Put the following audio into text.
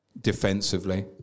defensively